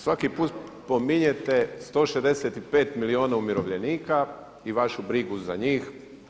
Svaki put pominjete 165 milijuna umirovljenika i vašu brigu za njih.